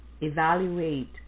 Evaluate